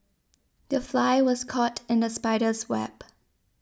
the fly was caught in the spider's web